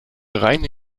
reine